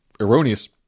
erroneous